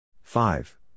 five